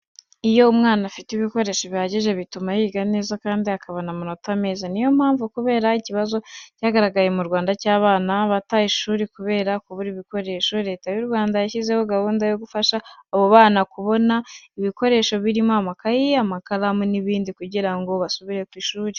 Iyo umwana afite ibikoresho bihagije bituma yiga neza kandi akabona n'amanota meza, niyo mpamvu kubera ikibazo cyagaragaye mu Rwanda cy'abana bata ishuri kubera kubura ibikoresho, Leta y'u Rwanda yashyizeho gahunda yo gufasha abo bana kubona ibikoresho birimo amakayi, amakaramu n'ibindi kugira ngo basubire ku ishuri.